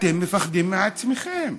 אתם מפחדים מעצמכם.